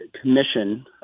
commission